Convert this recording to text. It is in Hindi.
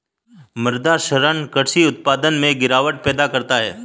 मृदा क्षरण कृषि उत्पादकता में गिरावट पैदा करता है